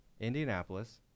Indianapolis